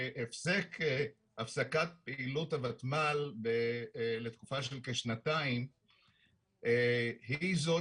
הפסקת פעילות הוותמ"ל לתקופה של כשנתיים היא זאת